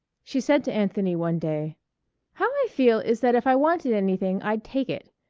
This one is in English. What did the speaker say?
she said to anthony one day how i feel is that if i wanted anything i'd take it.